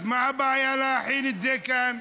אז מה הבעיה להחיל את זה כאן?